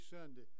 Sunday